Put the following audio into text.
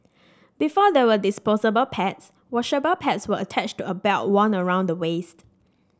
before there were disposable pads washable pads were attached to a belt worn around the waist